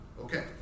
Okay